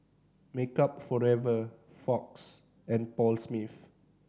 Makeup Forever Fox and Paul Smith